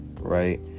right